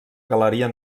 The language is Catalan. galeria